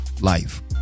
life